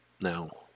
Now